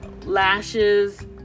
Lashes